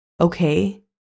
Okay